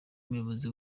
umuyobozi